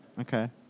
okay